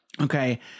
okay